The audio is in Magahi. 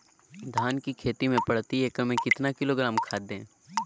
धान की खेती में प्रति एकड़ में कितना किलोग्राम खाद दे?